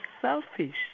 selfish